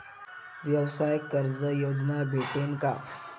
व्यवसाय कर्ज योजना भेटेन का?